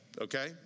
Okay